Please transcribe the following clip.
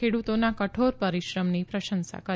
ખેડુતોના કઠોર પરીશ્રમની પ્રશંસા કરી